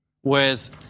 Whereas